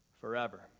forever